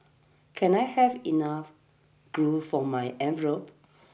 can I have enough glue for my envelopes